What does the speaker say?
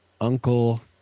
uncle